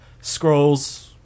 scrolls